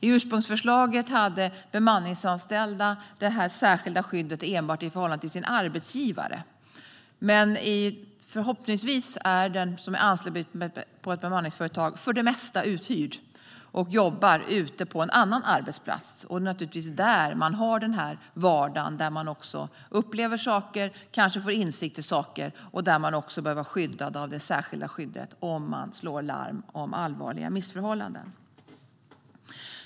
I ursprungsförslaget hade bemanningsanställda detta särskilda skydd enbart i förhållande till sin arbetsgivare, men förhoppningsvis är ju den som är anställd på ett bemanningsföretag för det mesta uthyrd och jobbar på en annan arbetsplats. Det är naturligtvis där man har den där vardagen där man upplever saker, får insyn och behöver vara skyddad av det särskilda skyddet om man slår larm om allvarliga missförhållanden.